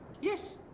Yes